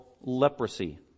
leprosy